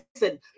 listen